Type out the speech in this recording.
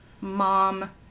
Mom